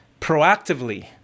proactively